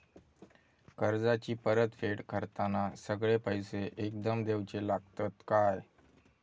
कर्जाची परत फेड करताना सगळे पैसे एकदम देवचे लागतत काय?